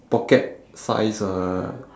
pocket size uh